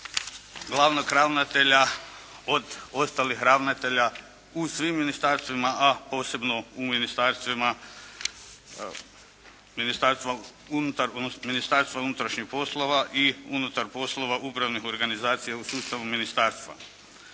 glavnog ravnatelja od ostalih ravnatelja u svim ministarstvima a posebno u ministarstvima odnosno Ministarstva unutrašnjih poslova i unutar poslova upravnih organizacija u sustavu ministarstva.